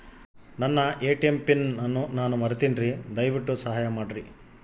ನನ್ನ ATM PIN ಅನ್ನು ನಾನು ಮರಿತಿನ್ರಿ, ದಯವಿಟ್ಟು ಸಹಾಯ ಮಾಡ್ರಿ